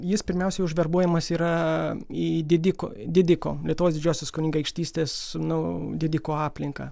jis pirmiausia užverbuojamas yra į didiko didiko lietuvos didžiosios kunigaikštystės nu didiko aplinką